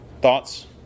thoughts